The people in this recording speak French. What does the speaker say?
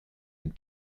une